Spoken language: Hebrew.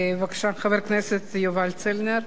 בבקשה, חבר הכנסת יובל צלנר.